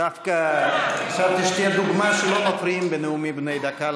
דווקא חשבתי שתהיי הדוגמה שלא מפריעים לדוברים בנאומים בני דקה.